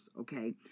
okay